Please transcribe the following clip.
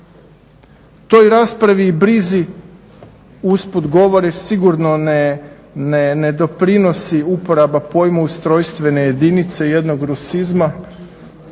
Toj raspravi i brizi, usput govoreći, sigurno ne doprinosi uporaba pojma ustrojstvene jedinice jednog rusizma